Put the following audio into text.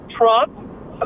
Trump